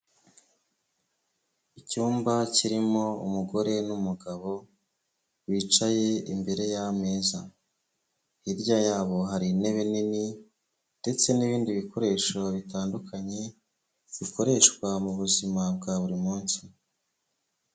Icyumba kirimo umugore n'umugabo bicaye imbere y'ameza, hirya yabo hari intebe nini ndetse n'ibindi bikoresho bitandukanye bikoreshwa mu buzima bwa buri munsi.